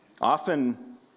Often